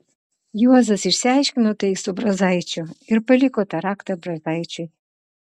juozas išsiaiškino tai su brazaičiu ir paliko tą raktą brazaičiui